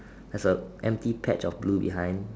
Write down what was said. the empty patch of blue behind